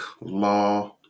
Law